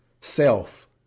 self